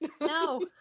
No